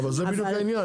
אבל זה בדיוק העניין,